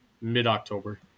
mid-October